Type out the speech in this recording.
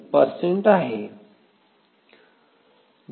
2 आहे